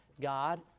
God